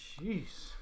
Jeez